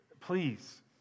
Please